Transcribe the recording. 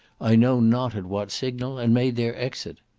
i know not at what signal, and made their exit.